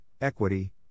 equity